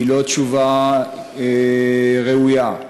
היא לא תשובה ראויה.